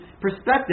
perspective